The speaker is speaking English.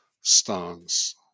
stance